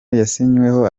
yasinywe